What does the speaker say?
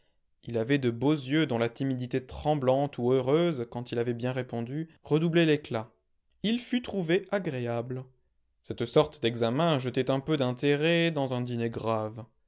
il avait de beaux yeux dont la timidité tremblante ou heureuse quand il avait bien répondu redoublait l'éclat il fut trouvé agréable cette sorte d'examen jetait un peu d'intérêt dans un dîner grave